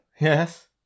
yes